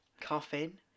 Coffin